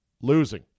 losing